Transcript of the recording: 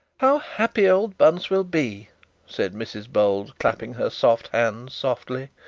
how happy old bunce will be said mrs bold, clapping her soft hands softly.